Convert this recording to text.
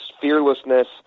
fearlessness